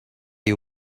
you